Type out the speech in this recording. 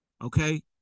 Okay